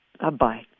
Bye-bye